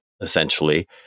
essentially